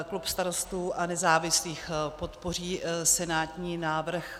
Klub Starostů a nezávislých podpoří senátní návrh.